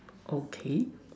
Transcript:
okay